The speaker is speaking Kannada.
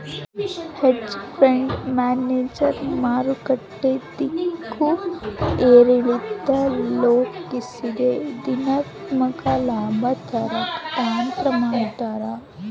ಹೆಡ್ಜ್ ಫಂಡ್ ಮ್ಯಾನೇಜರ್ ಮಾರುಕಟ್ಟೆ ದಿಕ್ಕು ಏರಿಳಿತ ಲೆಕ್ಕಿಸದೆ ಧನಾತ್ಮಕ ಲಾಭ ತರಕ್ಕೆ ತಂತ್ರ ಮಾಡ್ತಾರ